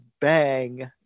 bang